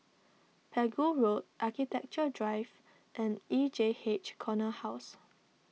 Pegu Road Architecture Drive and E J H Corner House